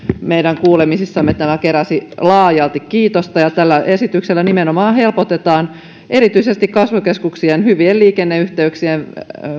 meidän kuulemisissamme tämä keräsi laajalti kiitosta ja tällä esityksellä nimenomaan helpotetaan erityisesti kasvukeskuksien hyvien liikenneyhteyksien